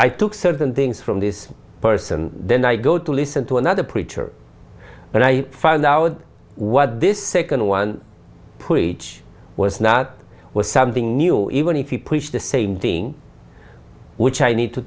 i took certain things from this person then i go to listen to another preacher when i found out what this second one put each was not was something new even if you push the same thing which i need to